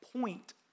point